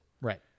Right